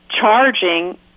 charging